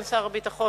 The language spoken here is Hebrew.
הביטחון,